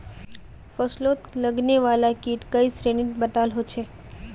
फस्लोत लगने वाला कीट कई श्रेनित बताल होछे